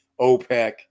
OPEC